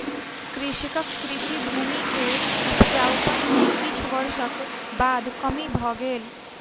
कृषकक कृषि भूमि के उपजाउपन में किछ वर्षक बाद कमी भ गेल